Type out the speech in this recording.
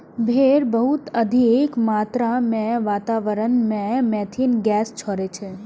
भेड़ बहुत अधिक मात्रा मे वातावरण मे मिथेन गैस छोड़ै छै